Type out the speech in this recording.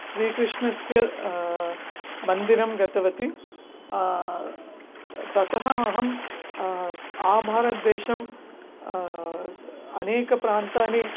श्रीकृष्णस्य मन्दिरं गतवती ततः अहम् आभारतदेशम् अनेकप्रान्तानि